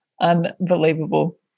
unbelievable